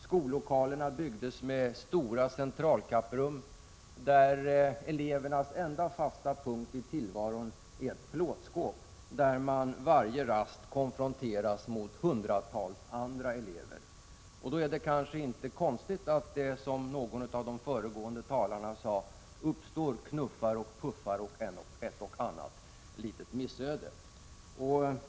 Skollokalerna byggdes med stora centralkapprum, där elevernas enda fasta punkt i tillvaron är ett plåtskåp och där hundratals elever konfronteras med varandra. Då är det kanske inte så konstigt att det, som någon av de föregående talarna sade, uppstår knuffar, puffar och ett och annat litet missöde.